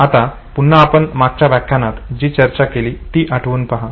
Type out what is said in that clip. आता पुन्हा आपण मागच्या व्याख्यानात जी चर्चा केली ती आठवून पहा